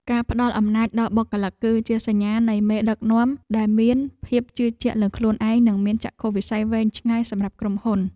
ការផ្តល់អំណាចដល់បុគ្គលិក គឺជាសញ្ញានៃមេដឹកនាំដែលមានភាពជឿជាក់លើខ្លួនឯងនិងមានចក្ខុវិស័យវែងឆ្ងាយសម្រាប់ក្រុមហ៊ុន។